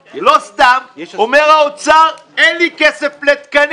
היא לא סתם אומר האוצר: אין לי כסף לתקנים,